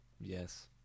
Yes